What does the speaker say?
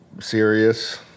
Serious